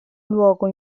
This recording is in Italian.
luogo